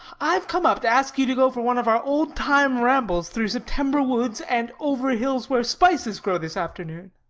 i've come up to ask you to go for one of our old-time rambles through september woods and over hills where spices grow this afternoon,